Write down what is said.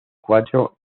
cuatro